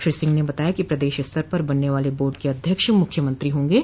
श्री सिंह ने बताया कि प्रदेश स्तर पर बनने वाले बोर्ड के अध्यक्ष मूख्यमंत्री होंगे